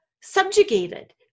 subjugated